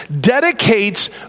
dedicates